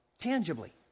tangibly